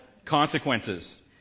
consequences